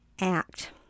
act